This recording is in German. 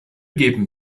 geben